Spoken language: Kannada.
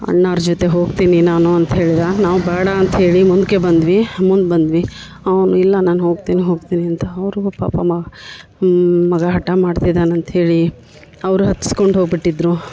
ಅಣ್ಣಾವ್ರ ಜೊತೆ ಹೋಗ್ತೀನಿ ನಾನು ಅಂತ ಹೇಳಿದ ನಾವು ಬೇಡ ಅಂತ ಹೇಳಿ ಮುಂದಕ್ಕೆ ಬಂದ್ವಿ ಮುಂದೆ ಬಂದ್ವಿ ಅವ್ನು ಇಲ್ಲ ನಾನು ಹೋಗ್ತೀನಿ ಹೋಗ್ತೀನಿ ಅಂತ ಅವರು ಪಾಪ ಮ ಮಗ ಹಠ ಮಾಡ್ತಿದಾನೆ ಅಂತ ಹೇಳಿ ಅವರು ಹತ್ಸ್ಕೊಂಡು ಹೋಗಿ ಬಿಟ್ಟಿದ್ದರು